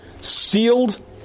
sealed